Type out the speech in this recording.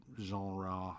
genre